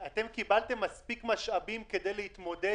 אתם קיבלתם מספיק משאבים כדי להתמודד